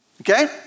Okay